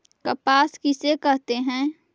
कपास किसे कहते हैं?